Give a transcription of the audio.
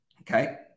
Okay